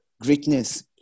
greatness